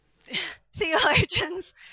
Theologians